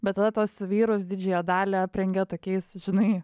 bet tada tuos vyrus didžiąją dalį aprengė tokiais žinai